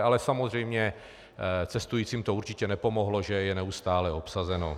Ale samozřejmě cestujícím určitě nepomohlo, že je neustále obsazeno.